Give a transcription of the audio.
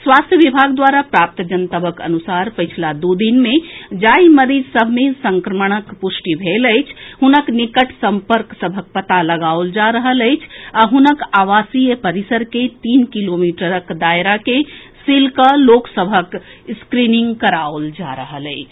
स्वास्थ्य विभाग द्वारा प्राप्त जनतबक अनुसार पछिला दू दिन मे जाहि मरीज सभ मे संक्रमणक पुष्टि भेल अछि हुनक निकट सम्पर्क सभक पता लगाओल जा रहल अछि आ हुनक आवासीय परिसर के तीन किलोमीटरक दायरा के सील कऽ लोक सभक स्क्रींनिंग कराओल जा रहल अछि